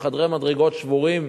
עם חדרי מדרגות שבורים,